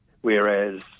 whereas